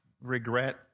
regret